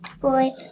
boy